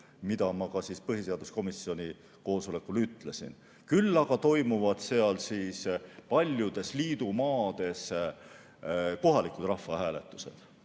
mida ma ka põhiseaduskomisjoni koosolekul ütlesin. Küll aga toimuvad paljudes liidumaades kohalikud rahvahääletused.